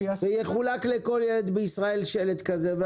שיחולק לכל ילד בישראל שלט כזה.